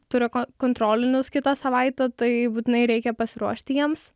turiu kontrolinius kitą savaitę tai būtinai reikia pasiruošti jiems